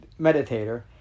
meditator